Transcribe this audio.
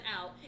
out